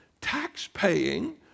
tax-paying